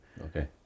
Okay